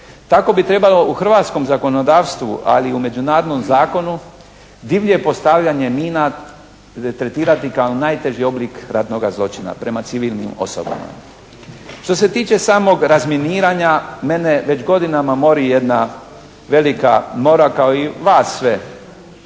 tako bi trebalo u hrvatskom zakonodavstvu ali i u međunarodnom zakonu divlje postavljanje mina tretirati kao najteži oblik ratnoga zločina prema civilnim osobama. Što se tiče samog razminiranja mene već godinama mori jedna velika mora kao i vas sve.